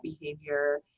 behavior